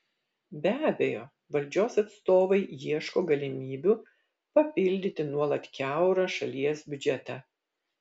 be abejo valdžios atstovai ieško galimybių papildyti nuolat kiaurą šalies biudžetą